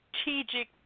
strategic